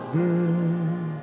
good